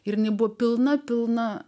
ir nebus pilna pilna